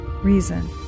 reason